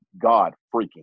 God-freaking